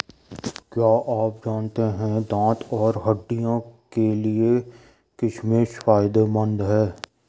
क्या आप जानते है दांत और हड्डियों के लिए किशमिश फायदेमंद है?